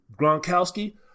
Gronkowski